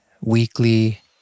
weekly